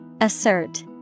Assert